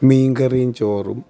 മീൻകറിയും ചോറും